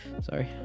Sorry